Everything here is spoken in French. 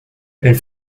elle